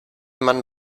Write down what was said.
man